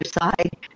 side